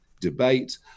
debate